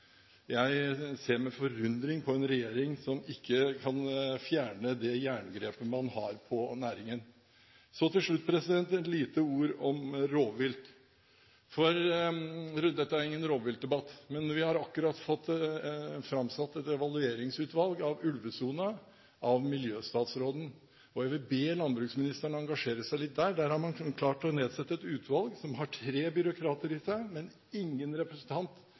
Jeg ser med forundring på en regjering som ikke kan fjerne det jerngrepet man har på næringen. Så til slutt noen få ord om rovvilt. Dette er ingen rovviltdebatt, men miljøstatsråden har akkurat nedsatt et utvalg som skal evaluere ulvesonen, og jeg vil be landbruksministeren engasjere seg litt der. Der har man klart å nedsette et utvalg som har tre byråkrater, men ingen representant